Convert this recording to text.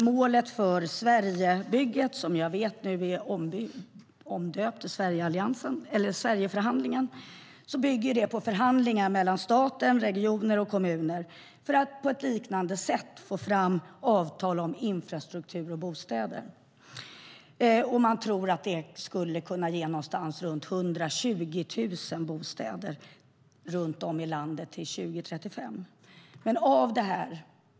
Målet för Sverigebygget - som jag vet nu är omdöpt till Sverigeförhandlingen - bygger på förhandlingar mellan staten, regioner och kommuner för att på liknande sätt få fram avtal om infrastruktur och bostäder. Man tror att det skulle kunna ge någonstans runt 120 000 bostäder runt om i landet till år 2035.